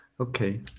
okay